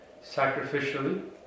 sacrificially